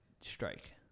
strike